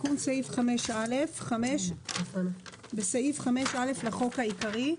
"תיקון סעיף 5א בסעיף 5א לחוק העיקרי,